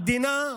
המדינה,